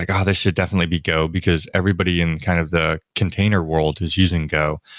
like, ah there should definitely be go, because everybody in kind of the container world is using go.